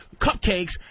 cupcakes